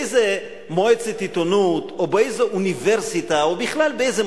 באיזו מועצת עיתונות או באיזו אוניברסיטה או בכלל באיזה